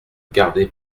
gardé